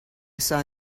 saw